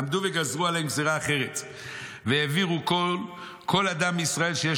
"עמדו וגזרו עליהם גזרה אחרת והעבירו קול: כל אדם מישראל שיש